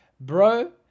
bro